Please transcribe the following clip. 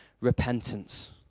repentance